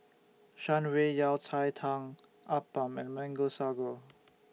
Shan Rui Yao Cai Tang Appam and Mango Sago